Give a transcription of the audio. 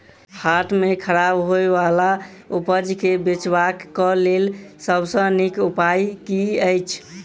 हाट मे खराब होय बला उपज केँ बेचबाक क लेल सबसँ नीक उपाय की अछि?